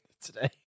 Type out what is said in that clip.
today